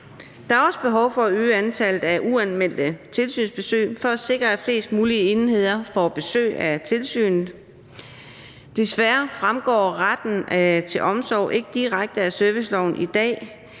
Der er også behov for at øge antallet af uanmeldte tilsynsbesøg for at sikre, at flest mulige enheder får besøg af tilsynet. Desværre fremgår retten til omsorg ikke direkte af serviceloven i dag,